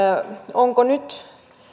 onko nyt